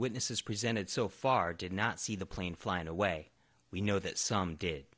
witnesses presented so far did not see the plane flying away we know that some